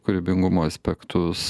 kūrybingumo aspektus